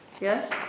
Yes